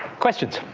questions.